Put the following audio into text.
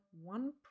one